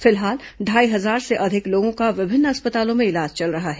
फिलहाल ढ़ाई हजार से अधिक लोगों का विभिन्न अस्पतालों में इलाज चल रहा है